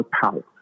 power